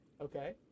Okay